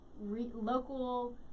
local